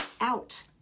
out